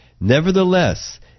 nevertheless